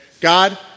God